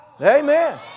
Amen